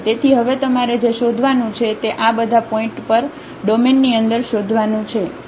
તેથી હવે તમારે જે શોધવાનું છે તે આ બધા પોઇન્ટઓ પર ડોમેનની અંદર શોધવાનું છે